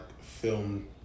film